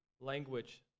Language